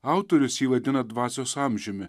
autorius jį vadina dvasios amžiumi